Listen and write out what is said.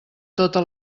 tota